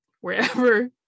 wherever